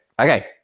okay